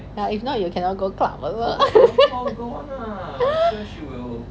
ya if not you cannot go club a lot